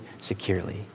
securely